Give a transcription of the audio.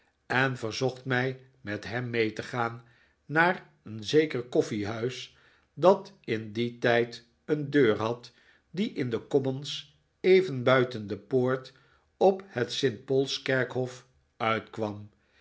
en verzocht mij met hem mee te gaan naar een zeker koffiehuis dat in dien tijd een deur had die in de commons even buiten de poort op het st paul's kerkhof uitkwam